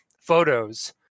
photos